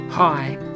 Hi